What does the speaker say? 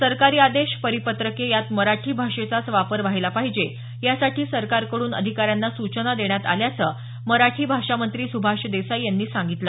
सरकारी आदेश परिपत्रके यात मराठी भाषेचाच वापर व्हायला पाहिजे यासाठी सरकारकडून अधिकाऱ्यांना सूचना देण्यात आल्याचं मराठी भाषा मंत्री सुभाष देसाई यांनी सांगितलं